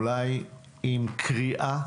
אולי עם קריאה